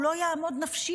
הוא לא יעמוד בזה נפשית.